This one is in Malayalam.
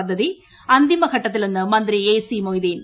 പദ്ധതി അന്തിമ ഘട്ടത്തില്ലെന്ന് മന്ത്രി എ സി മൊയ്തീൻ